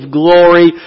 glory